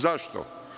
Zašto?